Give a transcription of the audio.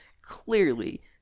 clearly